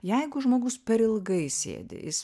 jeigu žmogus per ilgai sėdi jis